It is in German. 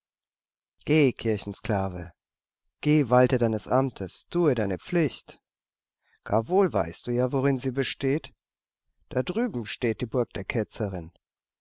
geh walte deines amtes tue deine pflicht gar wohl weißt du ja worin sie besteht da drüben steht die burg der ketzerin